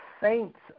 saints